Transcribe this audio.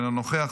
אינו נוכח,